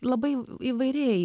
labai įvairiai